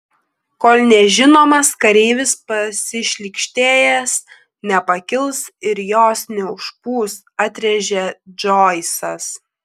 kol nežinomas kareivis pasišlykštėjęs nepakils ir jos neužpūs atrėžė džoisas